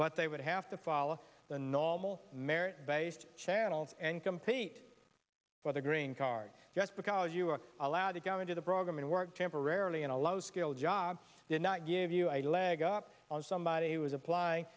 but they would have to follow the normal merit based channels and compete for the green card just because you are allowed to go into the program and work temporarily in a low skill jobs did not give you a leg up on somebody who is apply